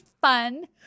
fun